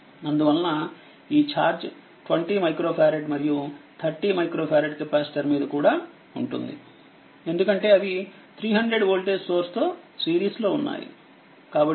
అందువలన ఈ చార్జ్20 మైక్రో ఫారెడ్మరియు30 మైక్రో ఫారెడ్కెపాసిటర్మీద కూడా ఉంటుంది ఎందుకంటేఅవి 300వోల్టేజ్సోర్స్తో సిరీస్లో ఉన్నాయి కాబట్టి